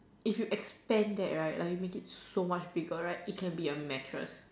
if you expand that right like you make it so much bigger right it can be a mattress